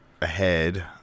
ahead